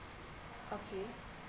okay